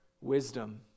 Wisdom